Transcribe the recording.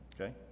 Okay